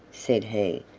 said he.